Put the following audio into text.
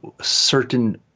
certain